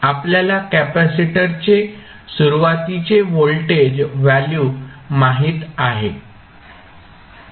आपल्याला कॅपेसिटरचे सुरुवातीची व्होल्टेज व्हॅल्यू माहित आहे